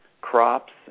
crops